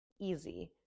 easy